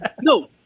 no